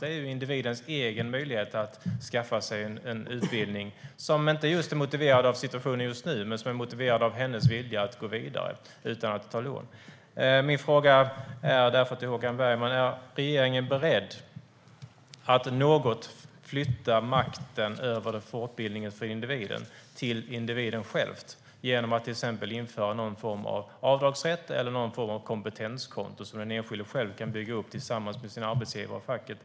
Det gäller individens egen möjlighet att skaffa sig en utbildning som inte är motiverad av situationen just nu men som är motiverad av hennes vilja att gå vidare utan att ta lån. Min fråga är därför till Håkan Bergman: Är regeringen beredd att något flytta makten över fortbildningen för individen till individen själv genom att till exempel införa någon form av avdragsrätt eller någon form av kompetenskonto som den enskilde själv kan bygga upp tillsammans med sin arbetsgivare och facket?